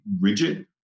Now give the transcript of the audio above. rigid